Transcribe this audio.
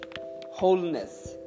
wholeness